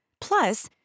Plus